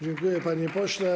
Dziękuję, panie pośle.